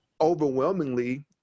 Overwhelmingly